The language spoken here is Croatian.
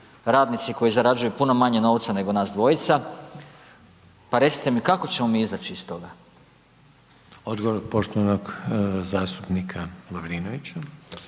radnici koji zarađuju puno manje novca nego nas dvojica pa recite mi kako ćemo mi izaći iz toga? **Reiner, Željko (HDZ)** Odgovor poštovanog zastupnika Lovrinovića.